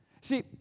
See